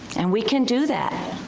and we can do that,